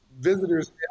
visitors